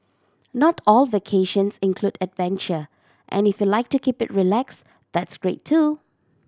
not all vacations include adventure and if you like to keep it relax that's great too